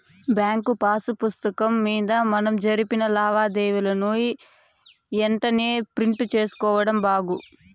bank pass పుస్తకం మింద మనం జరిపిన లావాదేవీలని ఎంతెంటనే ప్రింట్ సేసుకోడం బాగు